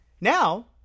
now